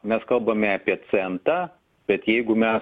mes kalbame apie centą bet jeigu mes